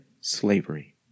slavery